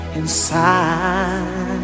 inside